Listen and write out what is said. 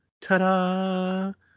ta-da